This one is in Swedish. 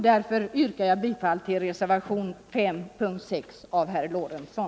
Därför yrkar jag bifall till reservationen 5 av herr Lorentzon.